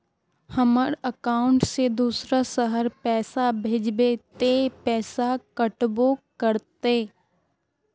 हमर अकाउंट से दूसरा शहर पैसा भेजबे ते पैसा कटबो करते?